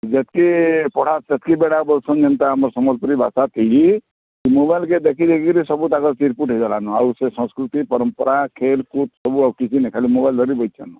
ଯେତିକି ପଢ଼ା ସେତିକି ପଢ଼ା ବୋଲୁଛନ୍ ଯେନ୍ତା ଆମ ସମ୍ବଲପୁରୀ ଭାଷା ଥିକି ଏ ମୋବାଇଲ୍ କେ ଦେଖି ଦେଖି କରି ସବୁ ତାଙ୍କର୍ ଚିର୍କୁଟି ହେଇଗଲାନ ଆଉ ସେ ସଂସ୍କୃତି ପରମ୍ପରା ଖେଲ୍କୁଦ ସବୁ ଆଉ କିଛି ନାଇଁ ଖାଲି ମୋବାଇଲ୍ ଧରିକି ବଇଛନ୍